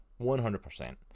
100